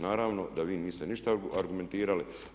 Naravno da vi niste ništa argumentirali.